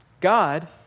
God